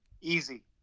easy